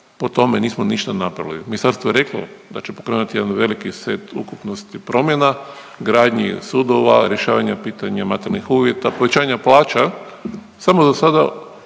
po tome nismo ništa napravili. Ministarstvo je reklo da će pokrenuti jedan veliki set ukupnosti promjena gradnji sudova, rješavanje pitanja materijalnih uvjeta, povećanja plaća. Samo za sada